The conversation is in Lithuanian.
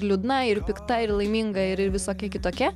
liūdna ir pikta ir laiminga ir ir visokia kitokia